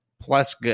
plus